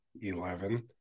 eleven